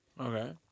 Okay